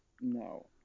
No